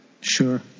Sure